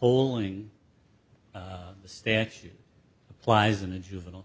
poling the statute applies in a juvenile